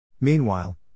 Meanwhile